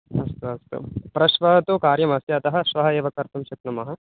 अस्तु अस्तु परश्वः तु कार्यमस्ति अतः श्वः एव कर्तुं शक्नुमः